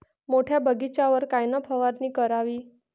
मोठ्या बगीचावर कायन फवारनी करावी?